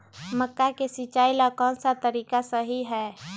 मक्का के सिचाई ला कौन सा तरीका सही है?